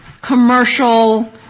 commercial